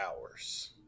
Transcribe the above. hours